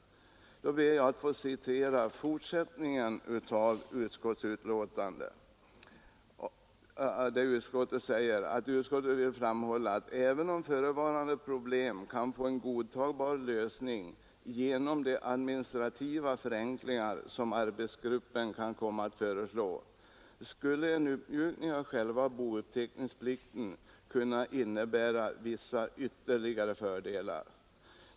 Jag ber att få citera fortsättningen av utskottsbetänkandet: ”Avslutningsvis vill utskottet framhålla att även om förevarande problem kan få en godtagbar lösning genom de administrativa förenklingar, som arbetsgruppen kan komma att föreslå, skulle en uppmjukning av själva bouppteckningsplikten kunna innebära vissa ytterligare fördelar.